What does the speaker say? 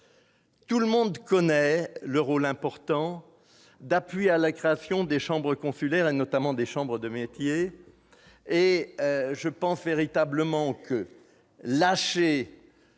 Tout le monde connaît le rôle important d'appui à la création joué par les chambres consulaires, notamment les chambres de métiers. Je pense véritablement qu'on ne